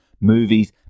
movies